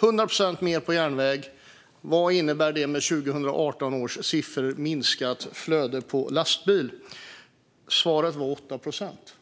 100 procent mer på järnväg, vad innebär det med 2018 års siffror i minskat flöde på lastbil? Svaret är 8 procent.